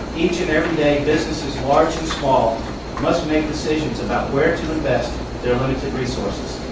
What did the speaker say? each and every day, businesses large and small must make decisions about where to invest their limited resources.